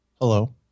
Hello